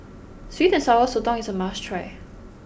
Sweet and Sour Sotong is a must try